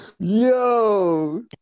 Yo